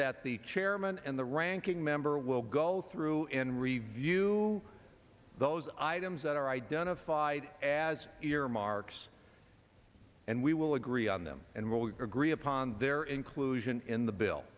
that the chairman and the ranking member will go through and review those items that are identified as earmarks and we will agree on them and what we agree upon their inclusion in the bill